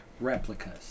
replicas